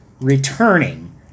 returning